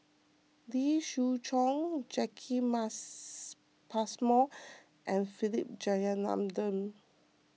Lee Siew Choh Jacki Passmore and Philip Jeyaretnam